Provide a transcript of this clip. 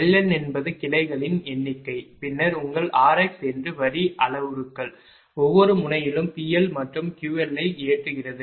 LN என்பது கிளைகளின் எண்ணிக்கை பின்னர் உங்கள் r x என்று வரி அளவுருக்கள் ஒவ்வொரு முனையிலும் PL மற்றும் QL ஐ ஏற்றுகிறது